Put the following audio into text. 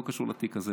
זה לא קשור לתיק הזה.